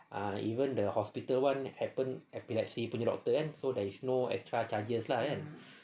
ah even the hospital [one] happen epilepsy punya doctor kan so there is no extra charges lah and